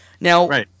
Now